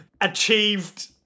achieved